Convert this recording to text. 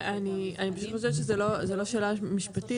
אני פשוט חושבת שזו לא שאלה משפטית.